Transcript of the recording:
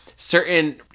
Certain